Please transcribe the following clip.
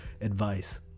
advice